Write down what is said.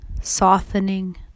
softening